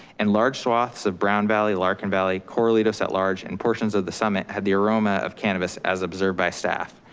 and large swaths of brown valley, larken valley, corralitos set large and portions of the summit had the aroma of cannabis as observed by staff.